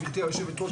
גבירתי היושבת ראש,